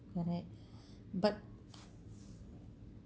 like that but